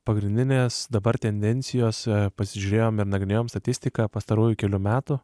pagrindinės dabar tendencijos pasižiūrėjom ir nagrinėjom statistiką pastarųjų kelių metų